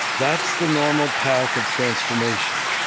that's the normal path of transformation.